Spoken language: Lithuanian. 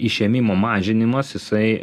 išėmimo mažinimas jisai